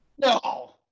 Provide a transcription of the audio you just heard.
no